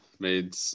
made